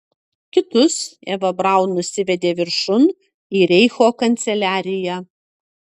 kitus eva braun nusivedė viršun į reicho kanceliariją